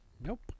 Nope